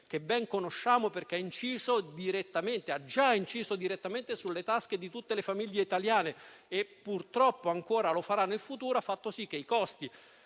che ben conosciamo, perché ha già inciso direttamente sulle tasche di tutte le famiglie italiane e, purtroppo, ancora lo farà nel futuro. Tale aumento